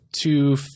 two